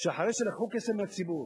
שאחרי שלקחו כסף מהציבור,